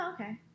okay